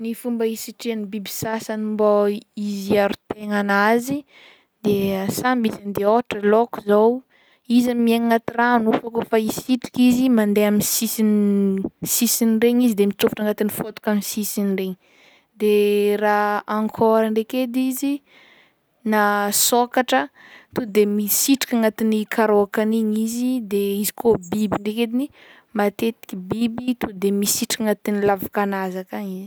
Ny fomba hisitrihan'ny biby sasany mbô izy hiaro tegnanazy de samy izy ande, ôhatra laoko zao izy miaigna agnaty rano fao kaofa hisitriky izy mandeha amy sisin' sisin'iregny izy de mitsôfatra agnatin'ny faotaka amy sisiny regny de raha ankôra ndraiky edy izy i na sôkatra to de misitriky agnatin'ny karaokany igny izy de izy koa biby ndraiky ediny matetiky biby to de misitriky agnatin'ny lavakanazy akagny izy.